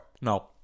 no